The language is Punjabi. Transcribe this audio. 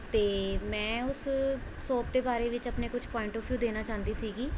ਅਤੇ ਮੈਂ ਉਸ ਸੋਪ ਦੇ ਬਾਰੇ ਵਿੱਚ ਆਪਣੇ ਕੁਛ ਪੁਆਇੰਟ ਔਫ ਵਿਊ ਦੇਣਾ ਚਾਹੁੰਦੀ ਸੀਗੀ